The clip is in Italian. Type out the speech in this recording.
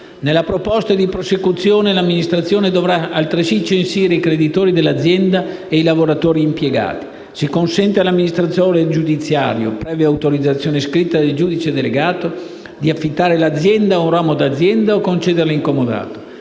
Nella proposta di prosecuzione l'amministratore dovrà altresì censire i creditori dell'azienda e i lavoratori impiegati. Si consente all'amministratore giudiziario, previa autorizzazione scritta del giudice delegato, di affittare l'azienda o un ramo d'azienda, o concederla in comodato.